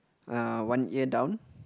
uh one ear down